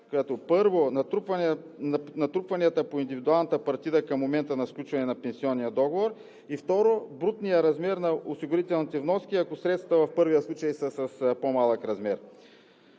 като, първо, натрупванията по индивидуалната партида към момента на сключване на пенсионния договор и, второ, брутният размер на осигурителните вноски, ако средствата в първия случай са с по-малък размер.